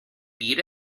beat